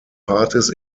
parties